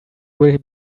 will